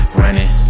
running